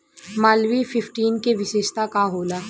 Malviya fifteen के विशेषता का होला?